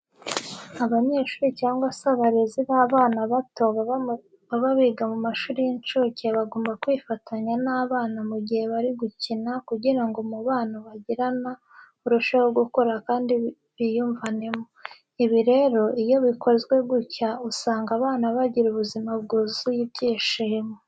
Ababyeyi cyangwa se abarezi b'abana bato baba biga mu mashuri y'incuke bagomba kwifatanya n'aba bana mu gihe bari gukina kugira ngo umubano bagirana urusheho gukura kandi biyumvanemo. Ibi rero iyo bikozwe gutya usanga abana bagira ubuzima byuzuye ibyishimo.